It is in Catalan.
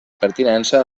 pertinença